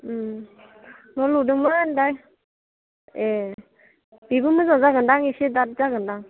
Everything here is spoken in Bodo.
न' लुदोंमोन दा एह बेबो मोजां जागोनदां एसे दाद जागोनदां